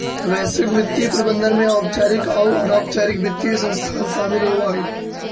वैश्विक वित्तीय प्रबंधन में औपचारिक आउ अनौपचारिक वित्तीय संस्थान शामिल होवऽ हई